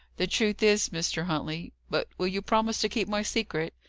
the truth is, mr. huntley but will you promise to keep my secret?